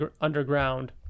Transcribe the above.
underground